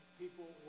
people